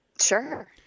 Sure